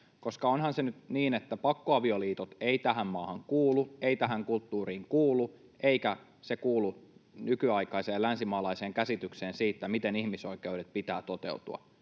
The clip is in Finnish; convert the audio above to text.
onhan se nyt niin, että pakkoavioliitot eivät tähän maahan kuulu, eivät tähän kulttuuriin kuulu eivätkä ne kuulu nykyaikaiseen länsimaalaiseen käsitykseen siitä, miten ihmisoikeuksien pitää toteutua.